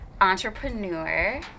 entrepreneur